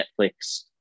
Netflix